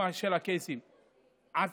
הייתי אומר,